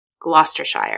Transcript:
Gloucestershire